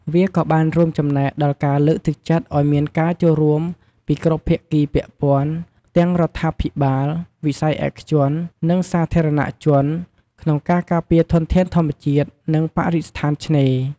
វាក៏បានរួមចំណែកដល់ការលើកទឹកចិត្តឲ្យមានការចូលរួមពីគ្រប់ភាគីពាក់ព័ន្ធ ទាំងរដ្ឋាភិបាល វិស័យឯកជន និងសាធារណជន ក្នុងការការពារធនធានធម្មជាតិ និងបរិស្ថានឆ្នេរ។